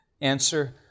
Answer